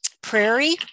prairie